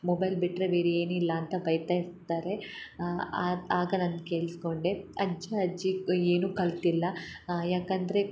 mobile ಬಿಟ್ಟರೆ ಬೇರೆ ಏನಿಲ್ಲ ಅಂತ ಬೈತಾ ಇರ್ತಾರೆ ಆಗ ನಾನು ಕೇಳಿಸ್ಕೊಂಡೆ ಅಜ್ಜ ಅಜ್ಜಿ ಏನು ಕಲ್ತಿಲ್ಲ ಯಾಕೆ ಅಂದರೆ